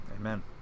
Amen